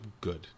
good